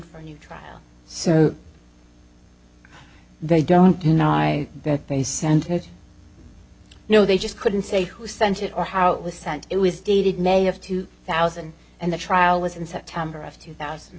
for new trial so they don't you know i bet they sent it no they just couldn't say who sent it or how it was sent it was dated may of two thousand and the trial was in september of two thousand